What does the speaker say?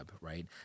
right